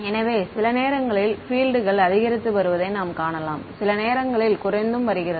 எனவே சில நேரங்களில் பீல்ட் கள் அதிகரித்து வருவதை நாம் காணலாம் சில நேரங்களில் குறைந்தும் வருகிறது